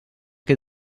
què